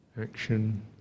action